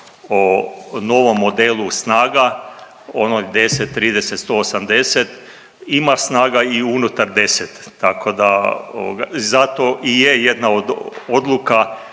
o novom modelu snaga ono 10, 30, 180 ima snaga i unutar 10 tako da i zato i je jedna od